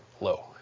low